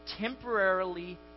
temporarily